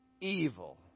evil